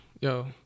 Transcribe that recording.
Yo